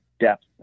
depth